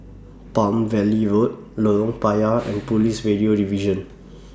Palm Valley Road Lorong Payah and Police Radio Division